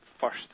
first